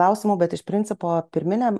klausimų bet iš principo pirminiam